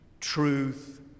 Truth